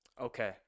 okay